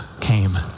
came